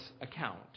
account